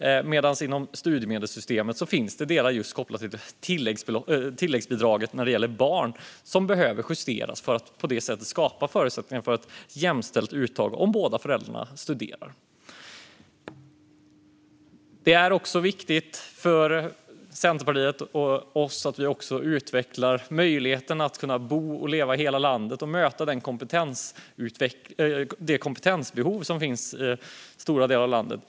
Men inom studiemedelssystemet finns delar som är kopplade till tilläggsbidraget när man har barn, och de behöver justeras för att skapa förutsättningar för ett jämställt uttag om båda föräldrar studerar. Det är viktigt för Centerpartiet att möjligheten att bo och leva i hela landet utvecklas. Vi måste möta det kompetensbehov som finns i stora delar av landet.